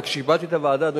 וכשבאתי לוועדה,